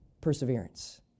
Perseverance